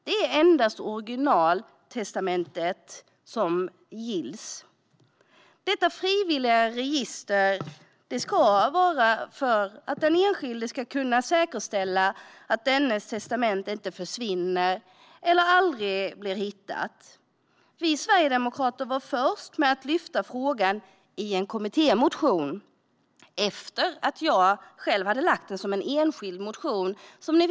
Det är endast originaltestamentet som gills. Detta frivilliga register ska vara till för att den enskilde ska kunna säkerställa att dennes testamente inte försvinner eller aldrig blir hittat. Vi sverigedemokrater var först med att lyfta frågan i en kommittémotion efter att jag själv hade väckt en enskild motion i frågan.